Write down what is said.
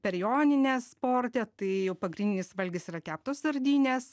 per jonines porte tai jau pagrindinis valgis yra keptos sardinės